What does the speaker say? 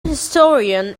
historian